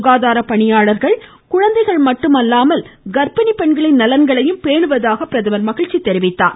சுகாதார பணியாளர்கள் குழந்தைகள் மட்டும் அல்லாமல் கர்ப்பிணி பெண்களின் நலன்களையும் பேணுவதாக அவர் மகிழ்ச்சி தெரிவித்தார்